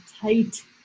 tight